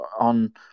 on